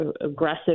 aggressive